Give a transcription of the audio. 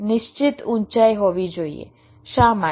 શા માટે